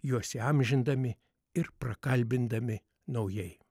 juos įamžindami ir prakalbindami naujai